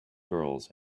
girls